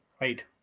right